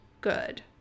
good